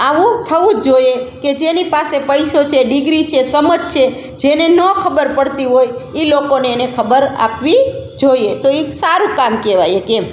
આવું થવું જ જોઈએ કે જેની પાસે પૈસો છે ડિગ્રી છે સમજ છે જેને ન ખબર પડતી હોય એ લોકોને એને ખબર આપવી જોઈએ તો એ એક સારું કામ કહેવાય એક એમ